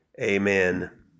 amen